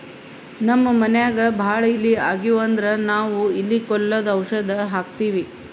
ನಮ್ಮ್ ಮನ್ಯಾಗ್ ಭಾಳ್ ಇಲಿ ಆಗಿವು ಅಂದ್ರ ನಾವ್ ಇಲಿ ಕೊಲ್ಲದು ಔಷಧ್ ಹಾಕ್ತಿವಿ